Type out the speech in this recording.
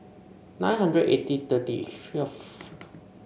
nine hundred eighty thirty